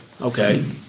Okay